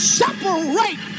separate